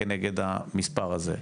כנגד המספר הזה.